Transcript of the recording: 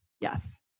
Yes